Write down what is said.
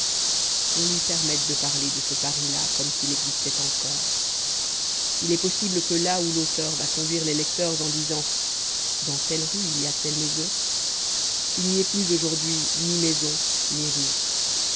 qu'on lui permette de parler de ce paris là comme s'il existait encore il est possible que là où l'auteur va conduire les lecteurs en disant dans telle rue il y a telle maison il n'y ait plus aujourd'hui ni maison ni rue